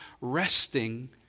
resting